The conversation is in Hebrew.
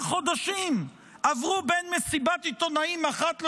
חודשים עברו בין מסיבת עיתונאים אחת לשנייה,